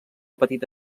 petita